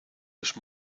les